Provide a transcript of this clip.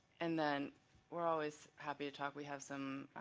and then we're always happy to talk, we have some